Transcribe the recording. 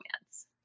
romance